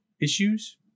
issues